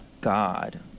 god